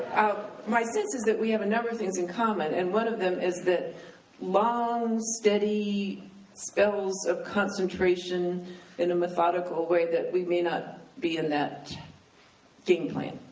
my sense is that we have a number of things in common, and one of them is, the long, steady spells of concentration in a methodical way, that we may not be in that game plan.